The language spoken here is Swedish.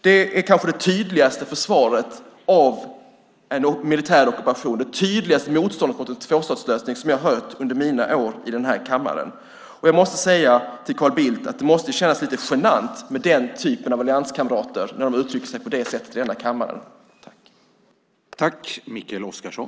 Det är det kanske tydligaste försvaret av en militär ockupation och det tydligaste motståndet mot en tvåstatslösning som jag har mött under mina år i den här kammaren. För Carl Bildt måste det kännas lite genant när allianskamrater uttrycker sig på det sättet i kammaren.